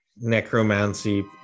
Necromancy